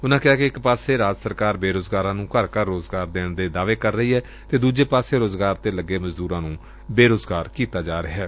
ਉਨਾਂ ਕਿਹਾ ਕਿ ਇਕ ਪਾਸੇ ਰਾਜ ਸਰਕਾਰ ਬੇਰੁਜ਼ਗਾਰਾਂ ਨੂੰ ਘਰ ਘਰ ਰੁਜ਼ਗਾਰ ਦੇਣ ਦੇ ਦਾਅਵੇ ਕਰ ਹੀ ਏ ਤੇ ਦੁਜੇ ਪਾਸੇ ਰੁਜ਼ਗਾਰ ਤੇ ਲੱਗੇ ਮਜ਼ਦੁਰਾ ਨੂੰ ਬੇਰੁਜ਼ਗਾਰ ਕੀਤਾ ਜਾ ਰਿਹੈ